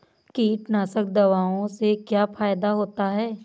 कीटनाशक दवाओं से क्या फायदा होता है?